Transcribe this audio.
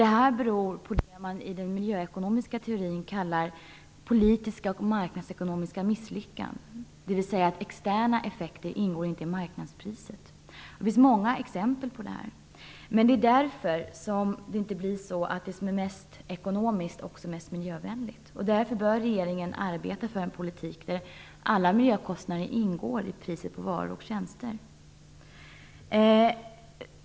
Det beror på det man inom den miljöekonomiska teorin kallar politiska och marknadsekonomiska misslyckanden, dvs. att externa effekter inte ingår i marknadspriset. Det finns många exempel på det. Därför blir det mest ekonomiska inte alltid det mest miljövänliga. Regeringen bör arbeta för en politik där alla miljökostnader ingår i priset på varor och tjänster.